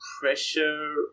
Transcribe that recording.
pressure